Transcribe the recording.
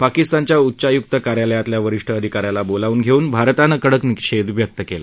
पाकिस्तानच्या उच्चायुक्त कार्यालयातल्या वरीष्ठं अधिकाऱ्याला बोलावून घेऊन भारतानं कडक निषेध व्यक्त केला